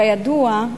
כידוע,